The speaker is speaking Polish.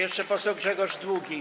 Jeszcze poseł Grzegorz Długi.